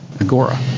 Agora